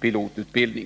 pilotutbildningen.